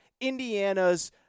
Indiana's